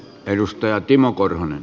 edustaja timo korhonen